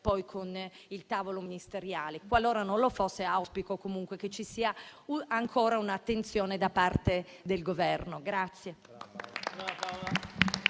poi con il tavolo ministeriale. Qualora non lo fosse, auspico comunque che ci sia ancora un'attenzione da parte del Governo.